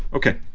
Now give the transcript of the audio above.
ok.